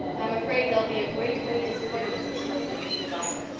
i'm afraid there'll be a great many disappointments in store for you through life.